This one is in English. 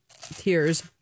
tears